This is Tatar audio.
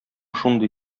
шундый